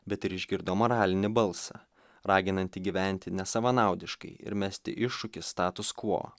bet ir išgirdo moralinį balsą raginantį gyventi nesavanaudiškai ir mesti iššūkį status quo